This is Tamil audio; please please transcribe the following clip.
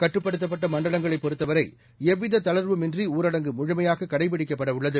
கட்டுப்படுத்தப்பட்ட மண்டலங்களைப் பொறுத்தவரை எவ்வித தளர்வுமின்றி ஊரடங்கு முழுமையாக கடைபிடிக்கப்படவுள்ளது